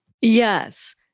Yes